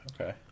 Okay